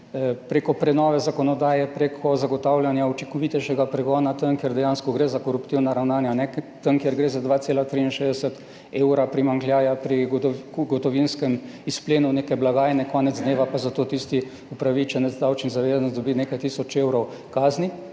preko prenove zakonodaje, preko zagotavljanja učinkovitejšega pregona tam, kjer dejansko gre za koruptivna ravnanja, ne(?) tam kjer gre za 2,63 evrov primanjkljaja pri gotovinskem izplenu neke blagajne konec dneva, pa zato tisti upravičenec davčni zavezanec dobi nekaj tisoč evrov kazni.